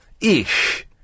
Ish